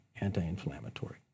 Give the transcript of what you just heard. anti-inflammatory